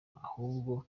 ahubwo